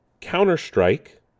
Counter-Strike